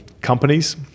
companies